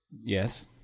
Yes